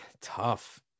tough